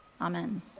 Amen